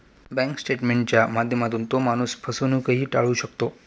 bank स्टेटमेंटच्या माध्यमातून तो माणूस फसवणूकही टाळू शकतो